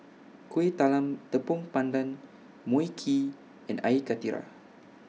Kueh Talam Tepong Pandan Mui Kee and Air Karthira